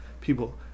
People